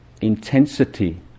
intensity